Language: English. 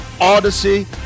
Odyssey